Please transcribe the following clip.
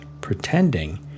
pretending